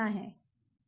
यही उनसे पूछना है